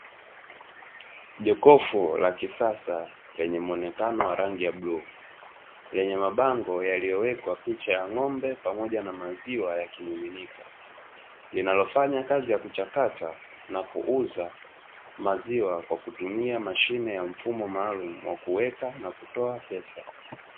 Jokofu la kisasa lenye muonekano wa rangi ya bluu, lenye mabango yaliyowekwa picha ya ng'ombe pamoja na maziwa yakimiminika linalofanya kazi ya kuchakata na kuuza maziwa kwa kutumia mashine ya mfumo maalumu wa kuweka na kutoa pesa.